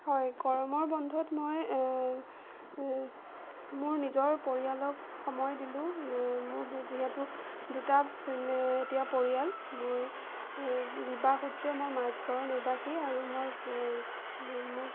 হয় গৰমৰ বন্ধত মই মোৰ নিজৰ পৰিয়ালক সময় দিলোঁ মোৰ যিহেতু দুটা ফেমে এতিয়া পৰিয়াল মই বিবাহসূত্ৰে মই মাজগাওঁৰ নিবাসী আৰু মই মোৰ